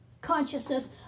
consciousness